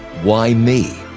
why me?